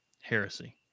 Heresy